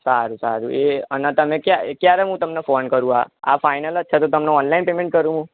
સારું સારું એ અને તમે ક્યારે ક્યારે હુ તમને ફોન કરું આ આ ફાઈનલ જ છે તો તમને ઓનલાઈન પેમેન્ટ કરું હું